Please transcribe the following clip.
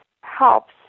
helps